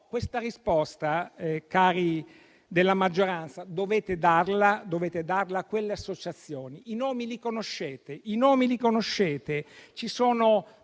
Questa risposta, senatori della maggioranza, dovete darla a quelle associazioni. I nomi li conoscete. Ripeto: i nomi li conoscete.